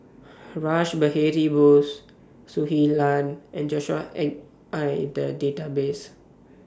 Rash Behari Bose Shui Lan and Joshua Ip Are in The Database